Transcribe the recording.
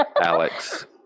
Alex